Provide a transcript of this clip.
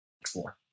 explore